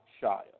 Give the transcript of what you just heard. child